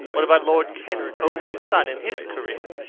what about lord kent's only son and his career?